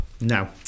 No